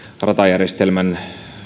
ratajärjestelmän